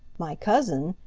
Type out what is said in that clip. my cousin,